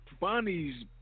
Bonnie's